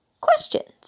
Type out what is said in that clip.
questions